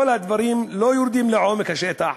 כל הדברים לא יורדים לעומק השטח,